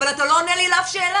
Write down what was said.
אבל אתה לא עונה לי לאף שאלה.